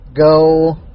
go